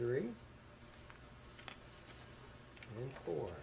three four